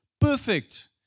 perfect